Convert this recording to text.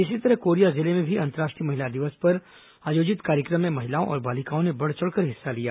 इसी तरह कोरिया जिले में भी अंतर्राष्ट्रीय महिला दिवस पर आयोजित कार्यक्रम में महिलाओं और बालिकाओं ने बढ़ चढ़कर हिस्सा लिया